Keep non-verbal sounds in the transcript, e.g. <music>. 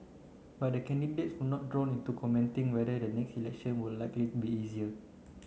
but the <unintelligible> would not drawn into commenting whether the next election would likely be easier